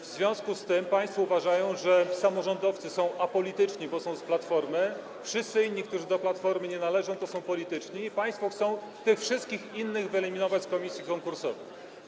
W związku z tym państwo uważają, że samorządowcy są apolityczni, bo są z Platformy, a wszyscy inni, którzy do Platformy nie należą, są polityczni i państwo chcą tych wszystkich innych wyeliminować z komisji konkursowych.